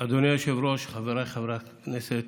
אדוני היושב-ראש, חבריי חברי הכנסת,